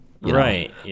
right